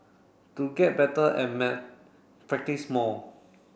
to get better at maths practice more